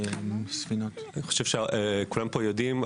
אני חושב שכולם פה יודעים,